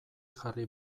jarri